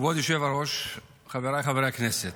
כבוד היושב-ראש, חבריי חברי הכנסת,